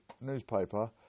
newspaper